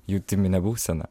jutiminę būseną